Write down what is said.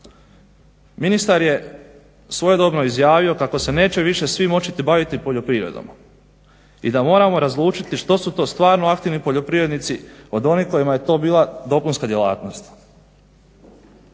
Ministar je svojedobno izjavio kako se neće više svi moći baviti poljoprivredom i da moramo razlučiti što su to stvarno aktivni poljoprivrednici od onih kojima je to bila dopunska djelatnost.